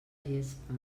gespa